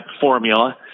formula